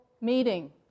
meeting